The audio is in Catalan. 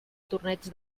torneig